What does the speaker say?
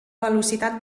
velocitat